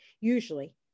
usually